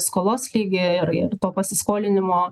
skolos lygį ir ir to pasiskolinimo